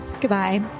Goodbye